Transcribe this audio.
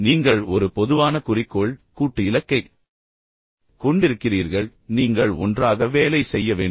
எனவே நீங்கள் ஒரு பொதுவான குறிக்கோள் கூட்டு இலக்கைக் கொண்டிருக்கிறீர்கள் நீங்கள் ஒன்றாக வேலை செய்ய வேண்டும்